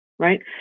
right